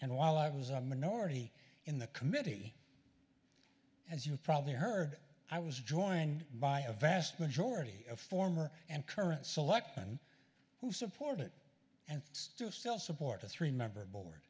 and while i was a minority in the committee as you probably heard i was joined by a vast majority of former and current selectman who support it and still still support the three member bo